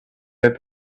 that